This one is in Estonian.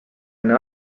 enne